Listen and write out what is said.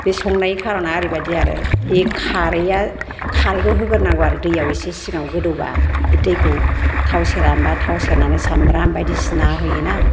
बे संनाय खार'ना ओरैबायदि आरो बे खारैया खारैखौ होगोरनांगौ आरो दैआव एसे सिगाङाव गोदौबा बे दैखौ थाव सेरा होनबा थाव सेरनानै सामब्राम बायदिसिना होयो ना